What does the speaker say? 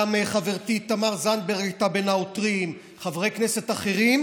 גם חברתי תמר זנדברג הייתה בין העותרים וחברי כנסת אחרים,